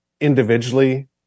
individually